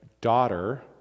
Daughter